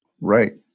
Right